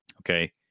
Okay